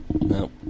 No